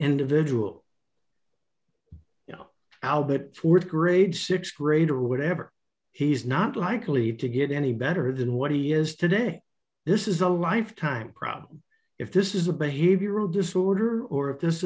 individual you know albert th grade th grade or whatever he's not likely to get any better than what he is today this is a life time problem if this is a behavioral disorder or if this